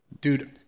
Dude